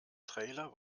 trailer